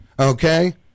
okay